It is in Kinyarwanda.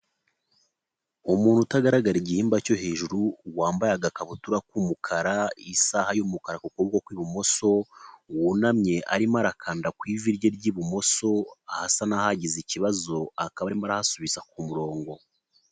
Umuntu utagaragara igihimba cyo hejuru, wambaye agakabutura k'umukara isaha y'umukara ku kuboko kw'ibumoso, wunamye arimo arakanda ku ivi rye ry'ibumoso ahasa n'ahagize ikibazo akaba arimo arahasubiza ku murongo.